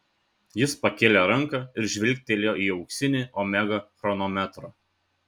jis pakėlė ranką ir žvilgtelėjo į auksinį omega chronometrą